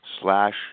slash